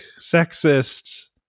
sexist